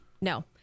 No